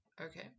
Okay